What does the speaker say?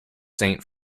saint